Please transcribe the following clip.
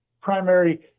primary